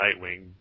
Nightwing